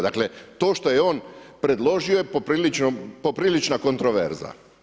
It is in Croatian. Dakle to što je on predložio je poprilična kontroverza.